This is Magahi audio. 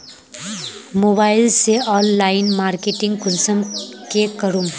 मोबाईल से ऑनलाइन मार्केटिंग कुंसम के करूम?